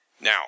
Now